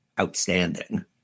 outstanding